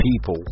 people